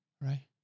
right